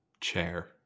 Chair